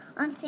on